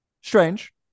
strange